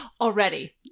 Already